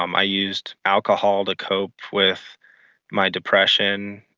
um i used alcohol to cope with my depression.